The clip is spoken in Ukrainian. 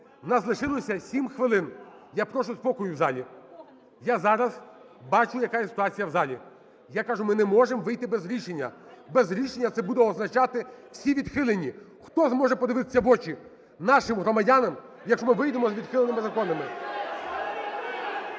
нас лишилося 7 хвилин. Я прошу спокою в залі. Я зараз бачу, яка є ситуація в залі. Я кажу, ми не можемо вийти без рішення. Без рішення, це буде означати – всі відхилені. Хто зможе подивитися в очі нашим громадянам, якщо ми вийдемо з відхиленими законами?!